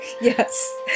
Yes